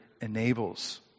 enables